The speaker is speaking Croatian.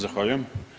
Zahvaljujem.